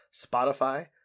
Spotify